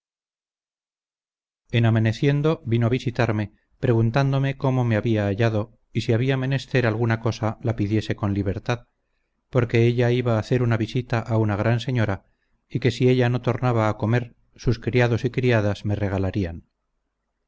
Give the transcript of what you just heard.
en amaneciendo vino a visitarme preguntándome cómo me había hallado y si había menester alguna cosa la pidiese con libertad porque ella iba a hacer una visita a una gran señora y que si ella no tornaba a comer sus criados y criadas me regalarían